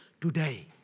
today